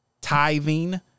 tithing